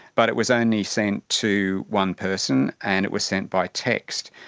but it was only sent to one person and it was sent by text.